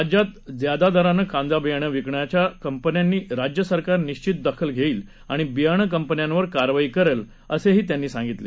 राज्यात ज्यादा दरानं कांदा बियाणे विकणाऱ्या कंपन्यांची राज्य सरकार निश्चित दखल घेईल आणि बियाणे कंपन्यांवर कारवाई करेल असंही त्यांनी सांगितलं